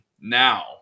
Now